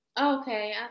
Okay